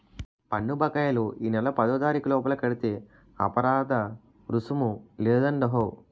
పన్ను బకాయిలు ఈ నెల పదోతారీకు లోపల కడితే అపరాదరుసుము లేదండహో